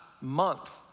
month